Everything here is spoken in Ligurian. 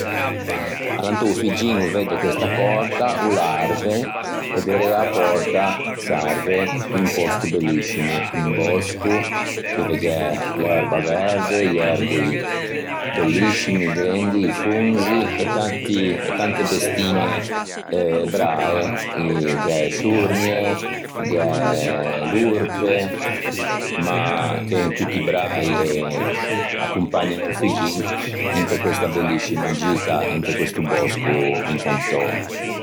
Alantô o figgin o vedde questa pòrta, o l'arve e derê a-a pòrta s'arve un pòsto belliscimo, un bòsco dove gh'é l'erba verde, i erboi belliscimi grendi, i fonzi e tanti, tante bestiñe eh brae eh gh'é e sciornie, gh'é l'orpe, ma che en tutti bräi e accompagnan o figgin inte questa belliscima gita inte questo bòsco incantou.